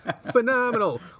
phenomenal